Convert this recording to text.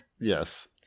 Yes